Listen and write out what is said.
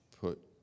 Put